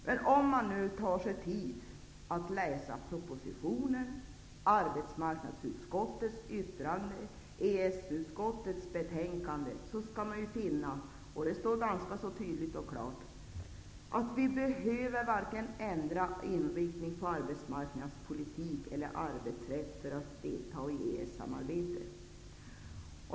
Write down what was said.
Men om man nu tar sig tid att läsa propositionen, arbetsmarknadsutskottets yttrande och EES utskottets betänkande, skall man finna -- det står ganska tydligt och klart -- att vi inte behöver ändra inriktning på vare sig arbetsmarknadspolitiken eller arbetsrätten för att delta i EES-samarbetet.